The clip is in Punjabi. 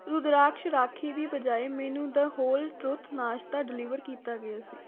ਰੁਦਰਾਕਸ਼ ਰਾਖੀ ਦੀ ਬਜਾਏ ਮੈਨੂੰ ਦ ਹੋਲ ਟਰੁਥ ਨਾਸ਼ਤਾ ਡਿਲੀਵਰ ਕੀਤਾ ਗਿਆ ਸੀ